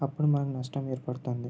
అప్పుడు మనకు నష్టం ఏర్పడుతుంది